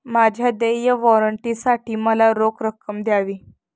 माझ्या देय वॉरंटसाठी मला रोख रक्कम द्यावी